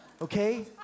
Okay